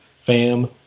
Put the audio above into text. fam